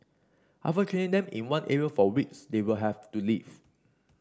after training them in one area for weeks they will have to leave